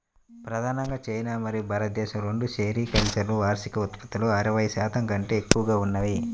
ప్రధానంగా చైనా మరియు భారతదేశం రెండూ సెరికల్చర్ వార్షిక ఉత్పత్తిలో అరవై శాతం కంటే ఎక్కువగా ఉన్నాయి